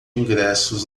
ingressos